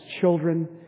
children